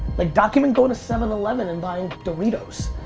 like document going to seven eleven and buying doritos.